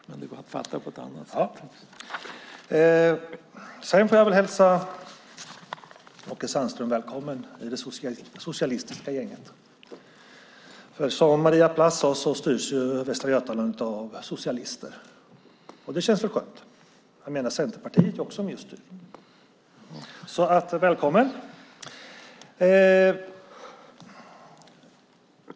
: Ja, men det går att uppfatta på ett annat sätt.) Sedan får jag väl hälsa Åke Sandström välkommen i det socialistiska gänget. Som Maria Plass sade styrs ju Västra Götaland av socialister, och det känns väl skönt. Centerpartiet är ju också med och styr, så välkommen!